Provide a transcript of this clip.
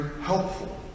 helpful